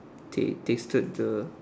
they tasted the